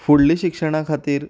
फुडल्या शिक्षणा खातीर